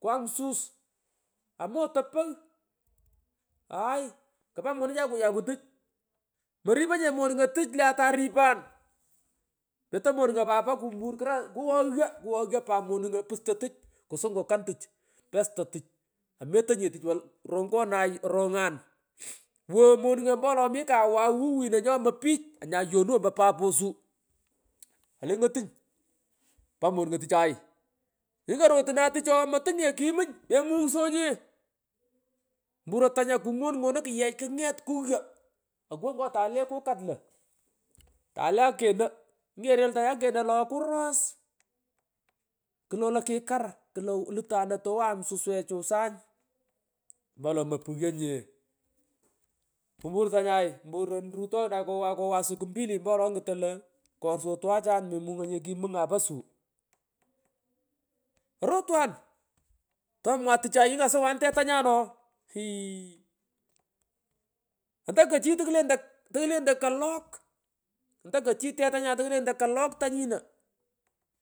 Kwam sus amoto pagh haay kpa monechay kuyakwu tuch moripoynye monungo tuch lonyan oripan petoy monunge pat apa kumpur kra kughaywo kughaywo pat monungo pusto tuch ksungukan tuch, pesta tuch ametoynye tuch wol rongonay arongan woghoy monungo ompo wolo mi kawaw wuwino nyo omoy pich nyayonu ompo papo suuu nyale ng’otuny pa monungo tuchay nyikorotu ricah tuch ooh motungnye kimuny memungshonye mpuro tany akungonngonoy knget kughyo akuwo ngo tay ta le kukat lo kumung tale aketo ngerel tany aketo loo kuros klolo kikar klo olutan ono towan nana sasechan sany ompowolo mopughyo nye krr kumpur tanyay mpuron rutonay kowan kowan siku mbili ompo wolo ngton lo korsyo twachan memungoynyen kimung nyapo suu orotwan twoman tchay nyinikasuwanu tetanyan ooh iii ondo kochi tokulendo tokulendoy kalok tokochii tetanyan tokulentoy kalok tanyino